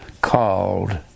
called